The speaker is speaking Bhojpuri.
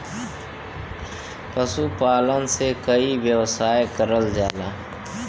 पशुपालन से कई व्यवसाय करल जाला